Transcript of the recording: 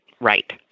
right